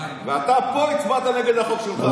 ואתה פה הצבעת נגד החוק שלך,